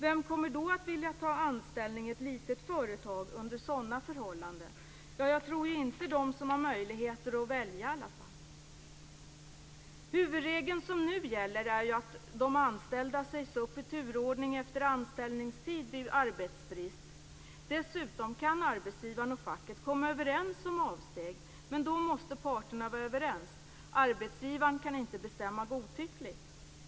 Vem kommer då att vilja ta anställning i ett litet företag under sådana förhållanden? I alla fall inte de som har möjlighet att välja. Den huvudregel som nu gäller är att de anställda vid arbetsbrist sägs upp i turordning efter anställningstid. Dessutom kan facket och arbetsgivaren komma överens om avsteg från detta, men då måste parterna vara överens. Arbetsgivaren kan inte bestämma godtyckligt.